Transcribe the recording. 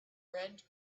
red